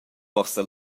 forsa